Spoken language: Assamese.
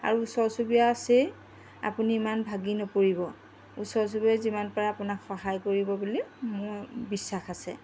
আৰু ওচৰ চুবুৰীয়া আছেই আপুনি ইমান ভাগি নপৰিব ওচৰ চুবুৰীয়াই যিমান পাৰে আপোনাক সহায় কৰিব বুলি মোৰ বিশ্বাস আছে